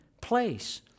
place